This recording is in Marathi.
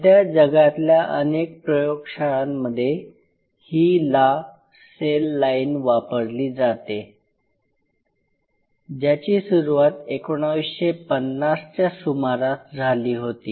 सध्या जगातल्या अनेक प्रयोगशाळांमध्ये "ही ला" सेल लाईन वापरली जाते ज्याची सुरुवात 1950 च्या सुमारास झाली होती